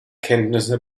kenntnisse